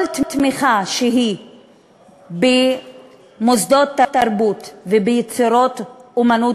כל תמיכה שהיא במוסדות תרבות וביצירות אמנות